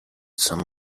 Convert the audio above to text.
some